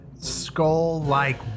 skull-like